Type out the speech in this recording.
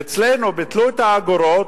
אצלנו ביטלו את האגורות,